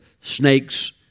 snakes